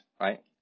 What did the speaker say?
right